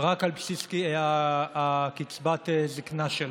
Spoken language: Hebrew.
רק על בסיס קצבת הזקנה שלהם,